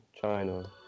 china